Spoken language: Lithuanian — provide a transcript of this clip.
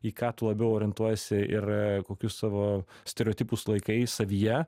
į ką tu labiau orientuojiesi ir kokius savo stereotipus laikai savyje